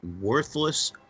worthless